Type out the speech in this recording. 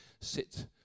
sit